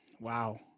Wow